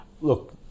look